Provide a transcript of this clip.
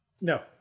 No